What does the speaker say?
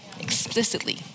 explicitly